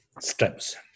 steps